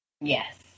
Yes